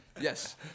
Yes